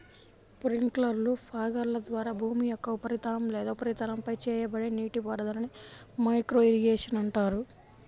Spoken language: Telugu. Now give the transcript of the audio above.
స్ప్రింక్లర్లు, ఫాగర్ల ద్వారా భూమి యొక్క ఉపరితలం లేదా ఉపరితలంపై చేయబడే నీటిపారుదలనే మైక్రో ఇరిగేషన్ అంటారు